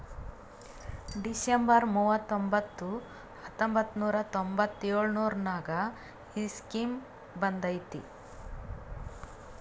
December ಮೂವತೊಂಬತ್ತು ಹತ್ತೊಂಬತ್ತು ನೂರಾ ತೊಂಬತ್ತು ಎಳುರ್ನಾಗ ಈ ಸ್ಕೀಮ್ ಬಂದ್ ಐಯ್ತ